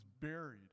buried